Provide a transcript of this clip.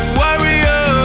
warrior